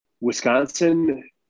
Wisconsin